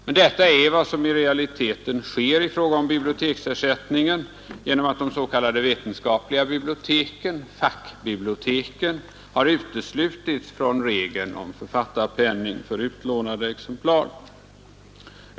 Men detta är vad som i realiteten sker i fråga om biblioteksersättningen genom att de s.k. vetenskapliga biblioteken, fackbiblioteken, har uteslutits från regeln om författarpenning för utlånade exemplar.